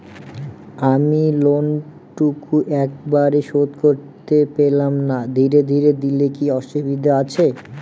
আমি লোনটুকু একবারে শোধ করতে পেলাম না ধীরে ধীরে দিলে কি অসুবিধে আছে?